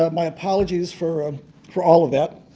ah my apologies for for all of that.